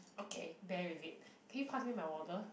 okay bear with it can you pass me my water